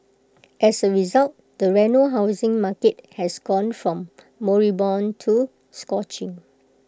as A result the Reno housing market has gone from moribund to scorching